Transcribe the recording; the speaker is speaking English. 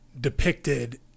depicted